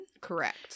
correct